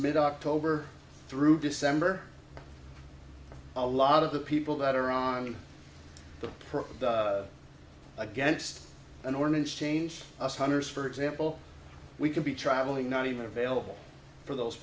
mid october through december a lot of the people that are on the program against an ordinance change us hundreds for example we could be traveling not even available for those